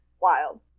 wild